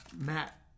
Matt